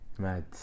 Mad